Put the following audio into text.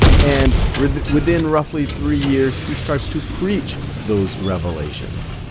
and within roughly three years, he starts to preach those revelations.